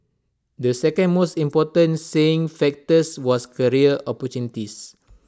the second most important saying factors was career opportunities